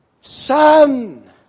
Son